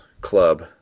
club